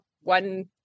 one